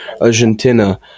argentina